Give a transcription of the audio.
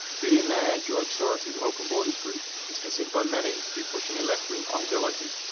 billionaire george soros' open borders group is considered by many to be pushing a left wing ideology,